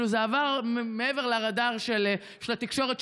זה עבר מעבר לרדאר של התקשורת,